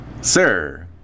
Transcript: sir